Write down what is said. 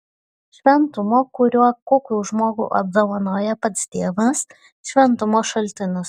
šventumo kuriuo kuklų žmogų apdovanoja pats dievas šventumo šaltinis